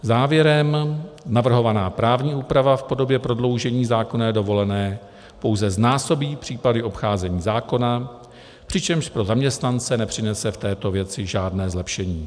Závěrem: Navrhovaná právní úprava v podobě prodloužení zákonné dovolené pouze znásobí případy obcházení zákona, přičemž pro zaměstnance nepřinese v této věci žádné zlepšení.